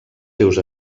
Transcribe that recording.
seus